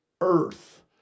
earth